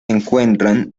encuentran